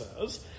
says